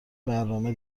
برنامه